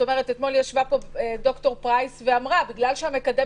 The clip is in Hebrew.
אתמול ישבה פה דוקטור פרייס ואמרה שבגלל שהמקדם